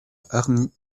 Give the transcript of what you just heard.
hargnies